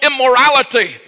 immorality